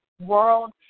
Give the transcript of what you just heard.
world